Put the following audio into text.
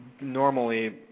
Normally